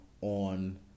on